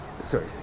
sorry